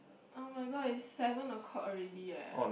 [oh]-my-god is seven o-clock already eh